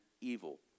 evil